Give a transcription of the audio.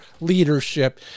leadership